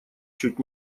чуть